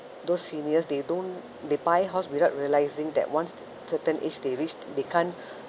those seniors they don't they buy house without realising that once certain age they reached they can't